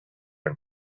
and